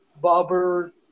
Bobber